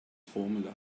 formula